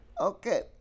Okay